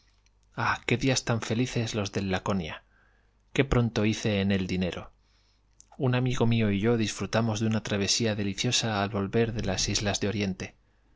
ah qué días tan felices los del laconia qué pronto hice en él dinero un amigo mío y yo disfrutamos una travesía deliciosa al volver de las islas de oriente